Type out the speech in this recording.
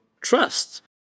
trust